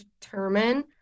determine